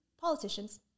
politicians